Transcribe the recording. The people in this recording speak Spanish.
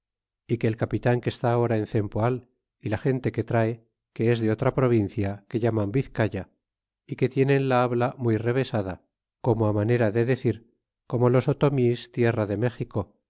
é que el capitan que está ahora en cempoal y la gente que trae que es de otra provincia que llaman vizcaya é que tienen la habla muy revesada como á ma nera de decir como los otomis tierra de méxico